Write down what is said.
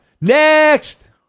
Next